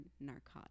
narcotics